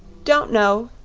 don't know,